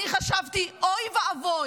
אני חשבתי: אוי ואבוי.